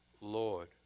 Lord